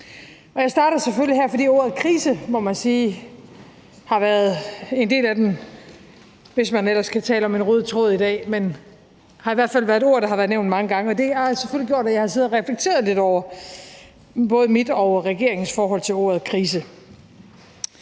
Jeg starter selvfølgelig her, fordi man må sige, at ordet krise har været en rød tråd, hvis man ellers kan tale om en rød tråd i dag. Men det har i hvert fald været et ord, der har været nævnt mange gange, og det har selvfølgelig gjort, at jeg har siddet og reflekteret lidt over både mit og regeringens forhold til ordet krise.